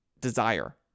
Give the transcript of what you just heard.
desire